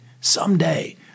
someday